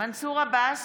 מנסור עבאס,